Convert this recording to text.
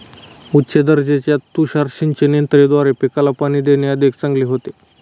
उच्च दर्जाच्या तुषार सिंचन यंत्राद्वारे पिकाला पाणी देणे अधिक चांगले होते